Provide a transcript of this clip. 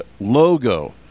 logo